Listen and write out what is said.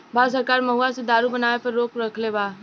भारत सरकार महुवा से दारू बनावे पर रोक रखले बा